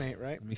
right